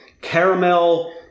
caramel